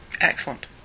Excellent